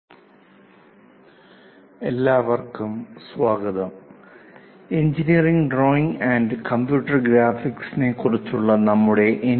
പ്രഭാഷണം 04 എഞ്ചിനീയറിംഗ് ഡ്രോയിംഗിന്റെ ആമുഖം IV എല്ലാവർക്കും സ്വാഗതം engineering drawing and computer graphics കുറിച്ചുള്ള നമ്മുടെ എൻ